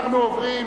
אנחנו עוברים